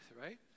right